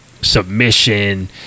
submission